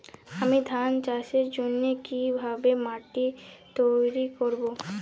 আমি ধান চাষের জন্য কি ভাবে মাটি তৈরী করব?